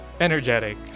energetic